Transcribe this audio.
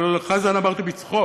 הלוא לחזן אמרתי בצחוק.